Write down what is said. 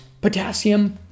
potassium